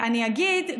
אני אגיד,